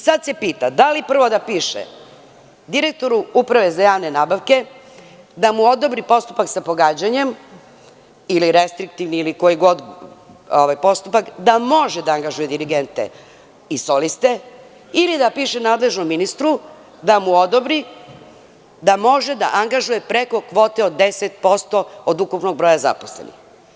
Sada se pita da li prvo da piše direktoru Uprave za javne nabavke, da mu odobri postupak sa pogađanjem, restriktivni ili koji god postupak, da može da angažuje dirigente i soliste ili da piše nadležnom ministru, da mu odobri da može da angažuje preko kvote od 10% od ukupnog broja zaposlenih.